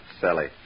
Sally